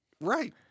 right